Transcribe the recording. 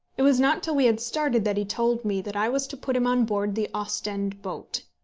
it was not till we had started that he told me that i was to put him on board the ostend boat.